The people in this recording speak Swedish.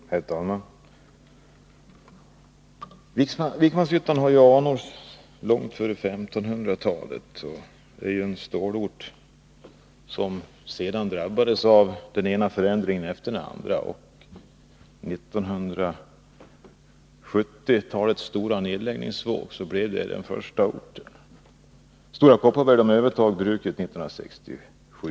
Herr talman! Vikmanshyttan har anor från långt före 1500-talet, och det är en stålort som sedan har drabbats av den ena förändringen efter den andra. I 1970-talets stora nedläggningsvåg var Vikmanshyttan den första ort som drabbades. Stora Kopparberg övertog bruket 1967.